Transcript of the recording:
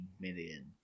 million